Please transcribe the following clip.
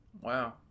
Wow